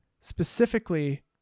specifically